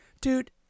Dude